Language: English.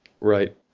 Right